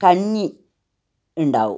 കഞ്ഞി ഉണ്ടാകും